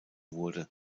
wurde